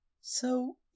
So